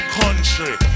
country